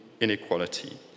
inequality